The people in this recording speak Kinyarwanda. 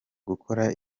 gukora